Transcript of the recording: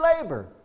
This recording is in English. labor